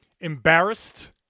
embarrassed